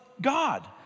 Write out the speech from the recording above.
God